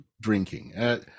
drinking